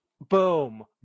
boom